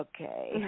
Okay